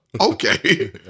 Okay